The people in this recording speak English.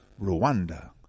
Rwanda